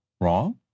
wrong